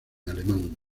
alemán